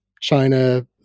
China